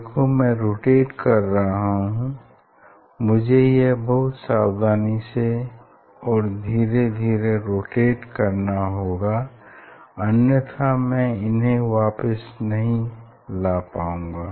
देखो मैं रोटेट कर रहा हूँ मुझे यह बहुत सावधानी से और धीरे धीरे रोटेट करना होगा अन्यथा मैं इन्हें वापिस नहीं ला पाउँगा